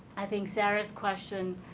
i think sarah's question,